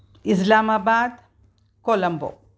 Islamabad Colombo